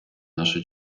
наша